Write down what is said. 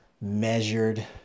measured